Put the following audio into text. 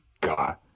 god